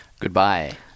Goodbye